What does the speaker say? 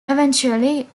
eventually